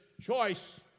choice